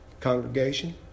Congregation